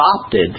adopted